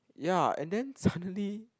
ya and then suddenly